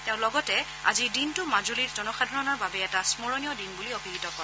তেওঁ লগতে আজিৰ দিনটো মাজুলীৰ জনসসাধাৰণৰ বাবে এটা স্মৰণীয় দিন বুলি অভিহিত কৰে